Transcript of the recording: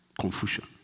confusion